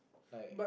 like